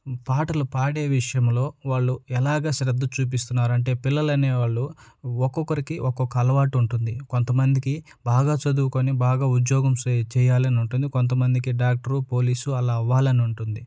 పాటలు పాడే విషయంలో వాళ్ళు ఎలాగ శ్రద్ధ చూపిస్తున్నారంటే పిల్లలు అనేవాళ్ళు ఒక్కొక్కరికి ఒక్కొక్క అలవాటు ఉంటుంది కొంతమందికి బాగా చదువుకొని బాగా ఉద్యోగం సే చేయాలని ఉంటుంది కొంతమందికి డాక్టరు పోలీసు అలా అవ్వాలనుంటుంది